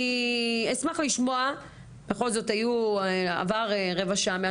לשמוע ולנהל פה שיח רציני ואמיתי כי הם מרגישים מופקרים לבד בשטח.